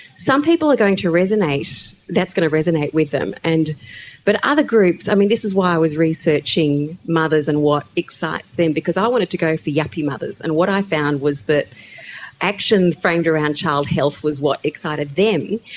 some people are going to resonate, that's going to resonate with them. and but other groups, i mean, this is why i was researching mothers and what excites them because i wanted to go for yuppie mothers, and what i found was that action framed around child health was what excited them.